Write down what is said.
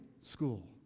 school